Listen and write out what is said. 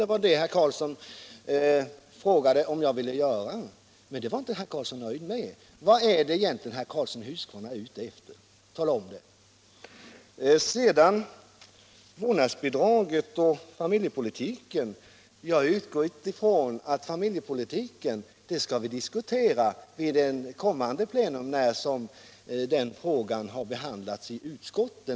Det var det herr Karlsson frågade om jag ville göra. Men det var han inte nöjd med. Vad är herr Karlsson i Huskvarna egentligen ute efter? Tala om det! Vad sedan gäller vårdnadsbidraget och familjepolitiken har jag utgått från att vi skall diskutera familjepolitiken vid ett kommande plenum när den frågan har utskottsbehandlats.